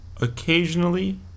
occasionally